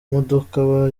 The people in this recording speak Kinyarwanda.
mudoka